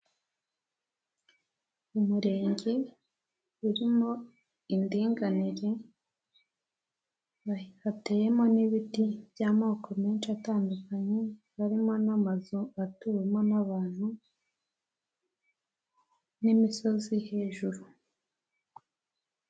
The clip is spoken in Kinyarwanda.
Umurenge urimo indinganire, hateyemo n'ibiti by'amoko menshi atandukanye, harimo n'amazu atumo n'abantu, n'imisozi hejuru.